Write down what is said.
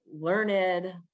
learned